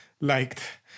liked